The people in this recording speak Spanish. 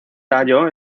tallo